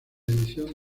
edición